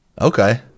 Okay